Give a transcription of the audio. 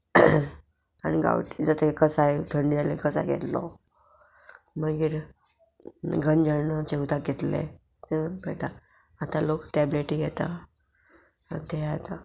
आनी गांवठी जाता कसाय थंडी जाल्यार कसाय घेतलो मागीर गंजणाचे उदक घेतले पयटा आतां लोक टॅबलेटी घेता तें आतां